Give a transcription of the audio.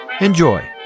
Enjoy